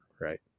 right